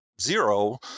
zero